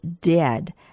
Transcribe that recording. dead